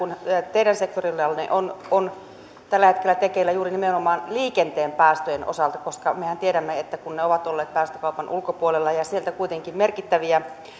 teidän sektorillanne on on tällä hetkellä tekeillä nimenomaan liikenteen päästöjen osalta mehän tiedämme että kun ne ovat olleet päästökaupan ulkopuolella niin sieltä kuitenkin merkittäviä